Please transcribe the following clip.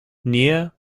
nea